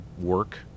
work